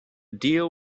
deal